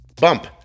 Bump